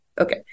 Okay